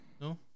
No